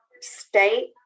state